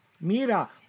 mira